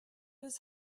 his